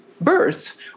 birth